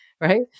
Right